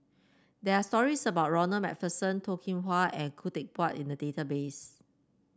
there are stories about Ronald MacPherson Toh Kim Hwa and Khoo Teck Puat in the database